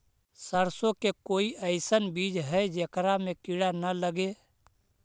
सरसों के कोई एइसन बिज है जेकरा में किड़ा न लगे?